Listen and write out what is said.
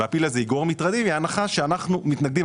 ושהפיל הזה יגרום מטרדים זו הנחה שאנחנו מתנגדים אליה.